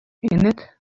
innit